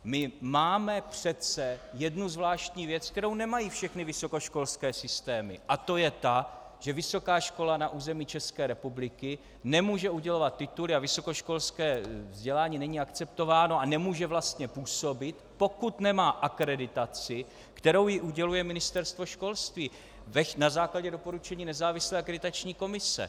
My máme přece jednu zvláštní věc, kterou nemají všechny vysokoškolské systémy, a to je ta, že vysoká škola na území České republiky nemůže udělovat tituly a vysokoškolské vzdělání není akceptováno a nemůže vlastně působit, pokud nemá akreditaci, kterou jí uděluje Ministerstvo školství na základě doporučení nezávislé akreditační komise.